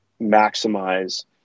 maximize